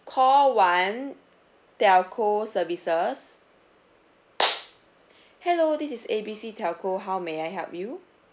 call one telco services hello this is A B C telco how may I help you